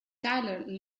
tyler